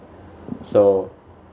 so